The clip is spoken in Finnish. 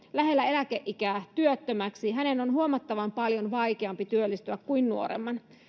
lähellä eläkeikää työttömäksi on huomattavan paljon vaikeampi työllistyä kuin nuoremman